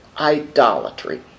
idolatry